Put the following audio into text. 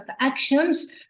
actions